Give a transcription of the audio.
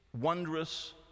wondrous